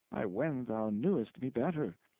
i wend thou knewest me better.